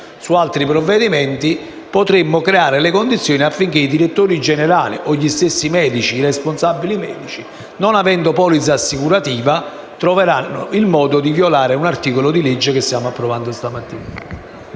in altri provvedimenti), potremmo creare le condizioni per cui i direttori generali o anche gli stessi responsabili medici, non avendo polizza assicurativa, siano portati a violare un articolo di legge che stiamo approvando questa mattina.